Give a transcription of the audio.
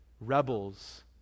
rebels